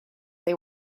they